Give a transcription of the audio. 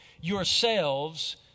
yourselves